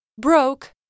Broke